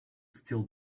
still